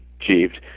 achieved